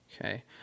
Okay